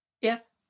Yes